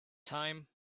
time